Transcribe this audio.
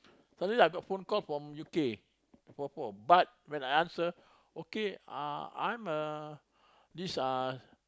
suddenly I got phone call from U_K four four but when I answer okay uh I'm a this uh